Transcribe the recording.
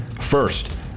First